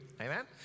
amen